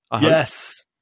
Yes